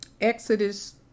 Exodus